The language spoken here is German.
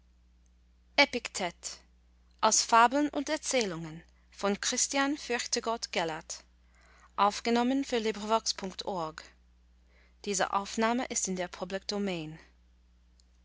projekt-de fabeln und erzählungen christian fürchtegott gellert